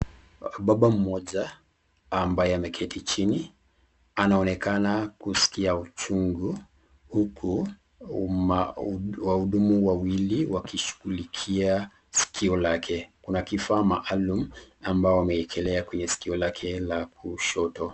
Baba mmoja ambaye ameketi chini, anaonekana kusikia uchungu, huku wahudumu wawili wakishughulikia sikio lake. Kuna kifaa maalum ambao wameekelea kwenye sikio lake la kushoto.